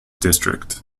district